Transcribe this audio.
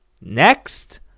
Next